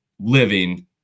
living